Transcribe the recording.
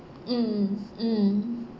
mm mm